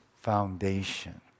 foundation